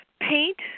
Paint